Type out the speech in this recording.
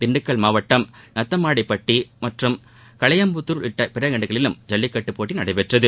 திண்டுக்கல் மாவட்டம் நத்தம்மாடிப்பட்டி மற்றும் கலையம்புத்தூர் உள்ளிட்ட பிற இடங்களிலும் ஐல்லிக்கட்டு நடைபெற்றது